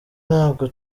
ntabwo